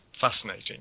fascinating